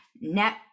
net